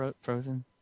Frozen